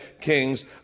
kings